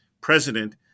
president